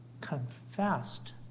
confessed